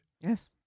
Yes